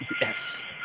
Yes